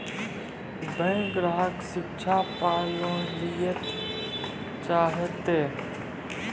Bank ग्राहक शिक्षा पार लोन लियेल चाहे ते?